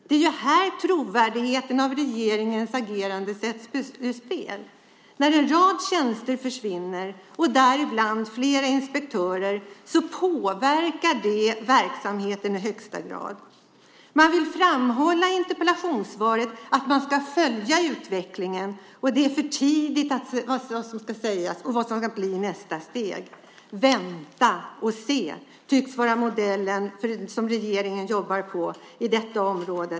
Det är här trovärdigheten i regeringens agerande sätts ur spel. När en rad tjänster försvinner, däribland flera inspektörer, påverkar det verksamheten i högsta grad. I interpellationssvaret vill man framhålla att man ska följa utvecklingen och att det är för tidigt att avgöra vad som ska sägas och vad som ska bli nästa steg. "Vänta och se" tycks vara den modell enligt vilken regeringen jobbar på detta område.